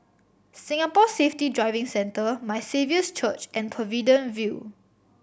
Singapore Safety Driving Centre My Saviour's Church and Pavilion View